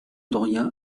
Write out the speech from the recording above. doria